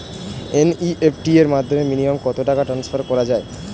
NEFT র মাধ্যমে minimum কত টাকা ট্রান্সফার করা যায়?